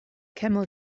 camel